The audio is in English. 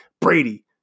Brady